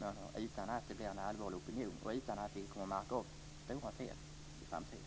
månad utan att det bildas en stark opinion och utan att det kommer att begås stora fel i framtiden.